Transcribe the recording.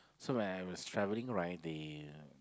so when I was travelling right the